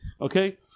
okay